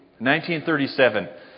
1937